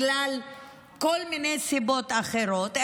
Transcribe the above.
מכל מיני סיבות אחרות,